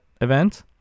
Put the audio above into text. event